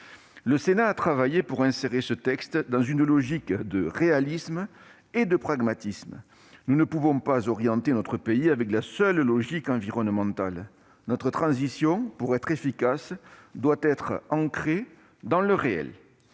Le Sénat a travaillé à insérer ce texte dans une logique réaliste et pragmatique. Nous ne pouvons pas orienter notre pays avec la seule logique environnementale. Notre transition, pour être efficace, doit être ancrée dans le réel.